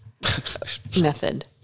method